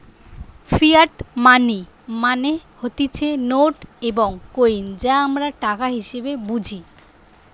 fiat money মানে হতিছে note এবং কইন যা আমরা টাকা হিসেবে বুঝি